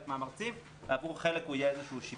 מהמרצים ועבור חלק הוא יהיה איזה שיפור.